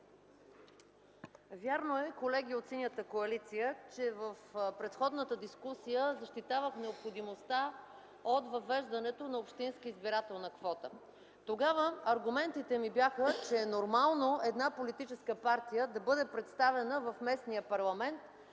Вярно е, колеги от Синята коалиция, че в предходната дискусия защитавах необходимостта от въвеждането на общинска избирателна квота. Тогава аргументите ми бяха, че е нормално една политическа партия да бъде представена в местния парламент,